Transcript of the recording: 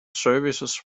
services